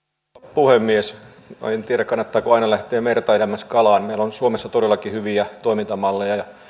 puhemies en tiedä kannattaako aina lähteä merta edemmäs kalaan meillä on suomessa todellakin hyviä toimintamalleja